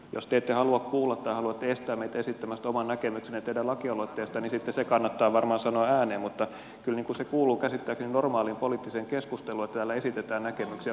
jos te ette halua kuulla tai haluatte estää meitä esittämästä oman näkemyksemme teidän lakialoitteestanne niin sitten se kannattaa varmaan sanoa ääneen mutta kyllä se kuuluu käsittääkseni normaaliin poliittiseen keskusteluun että täällä esitetään näkemyksiä puolin ja toisin